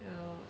well